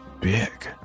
big